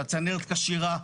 שהצנרת כשירה,